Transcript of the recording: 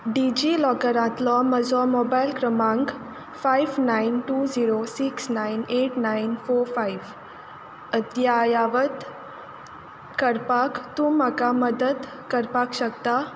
डिजी लॉकरांतलो म्हजो मोबायल क्रमांक five nine two zero six nine eight nine four five अद्यावत करपाक तूं म्हाका मदत करपाक शकता